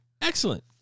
Excellent